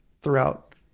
throughout